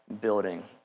building